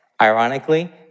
ironically